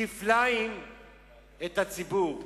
כפליים את הציבור.